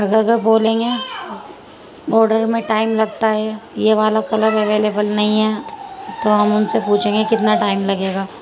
اگر وہ بولیں گے آڈر میں ٹائم لگتا ہے یہ والا کلر اویلیبل نہیں ہے تو ہم ان سے پوچھیں گے کتنا ٹائم لگے گا